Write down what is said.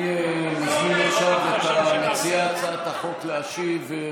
אני מזמין עכשיו את מציעי הצעת החוק להשיב.